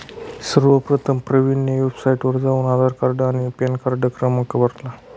सर्वप्रथम प्रवीणने वेबसाइटवर जाऊन आधार कार्ड आणि पॅनकार्ड क्रमांक भरला